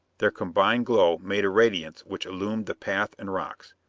their combined glow made a radiance which illumined the path and rocks.